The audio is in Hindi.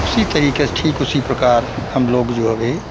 उसी तरीके से ठीक उसी प्रकार हमलोग जो भी